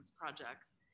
projects